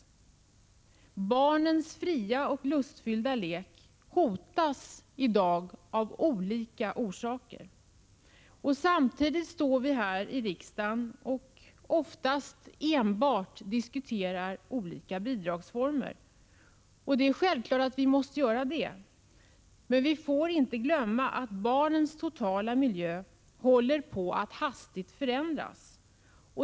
Barnens fria och lustfyllda lek hotas i dag av olika orsaker. Samtidigt står vi här i riksdagen och diskutera: oftast enbart olika bidragsformer. Det är självklart att vi måste göra det, men vi får inte glömma att barnens totala miljö håller på att hastigt förändras.